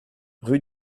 rue